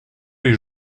les